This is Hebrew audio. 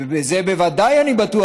ובזה אני בטוח,